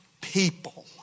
people